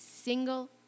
single